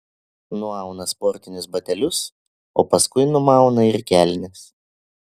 nuauna sportinius batelius o paskui numauna ir kelnes